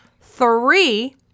Three